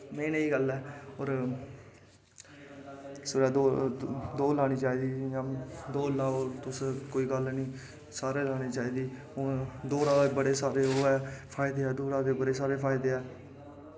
एह् नेही गल्ल ऐ सवेरै दौड़ लानी चाहिदी दौड़ लाओ तुस कोई गल्ल निं सारें लानी चाहिदा दौड़ा दे बड़े सारे ओह् न फायदे ऐं दोड़ा दे बड़े सारे फायदे न